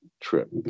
trip